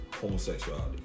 Homosexuality